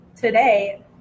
today